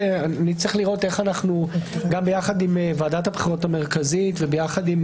נצטרך לראות איך אנחנו ביחד עם ועדת הבחירות המרכזית וביחד עם